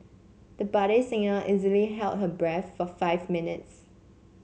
the budding singer easily held her breath for five minutes